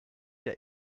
der